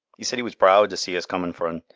e said e was proud to see us comin for un,